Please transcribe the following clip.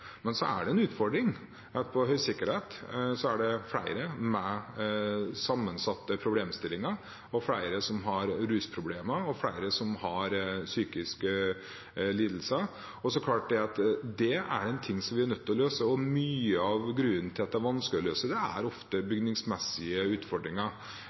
det er en utfordring at det på høysikkerhetsavdelinger er flere med sammensatte problemstillinger og flere som har rusproblemer og psykiske lidelser. Det er noe vi er nødt til å løse. Mye av grunnen til at det er vanskelig å løse, er ofte bygningsmessige utfordringer.